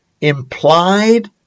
Implied